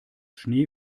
schnee